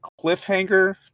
cliffhanger